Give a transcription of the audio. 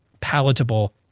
palatable